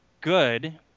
good